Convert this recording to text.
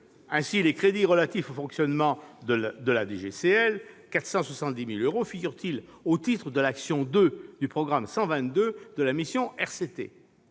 Ainsi, les crédits relatifs au fonctionnement de la DGCL, qui s'élèvent à 470 000 euros, figurent-ils au titre de l'action n° 02 du programme 122 de la mission.